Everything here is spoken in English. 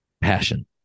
passion